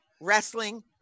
wrestling